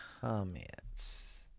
comments